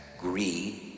greed